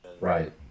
Right